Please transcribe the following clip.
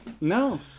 No